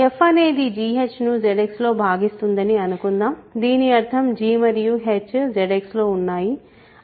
f అనేది gh ను ZX లో భాగిస్తుందని అనుకుందాం దీని అర్థం g మరియు h ZX లో ఉన్నాయి